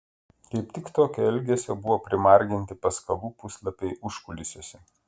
kaip tik tokio elgesio buvo primarginti paskalų puslapiai užkulisiuose